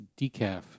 decaf